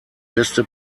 beste